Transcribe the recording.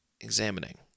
Examining